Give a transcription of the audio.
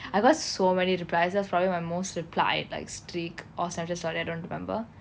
I got so many replies that was probably my most replied like streak or snapchat story I don't remember